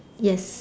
yes